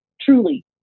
truly